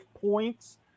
points